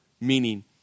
Meaning